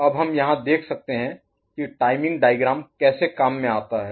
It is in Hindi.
अब यहाँ हम देख सकते हैं कि टाइमिंग डायग्राम कैसे काम में आता है